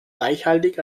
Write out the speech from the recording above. reichhaltig